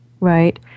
right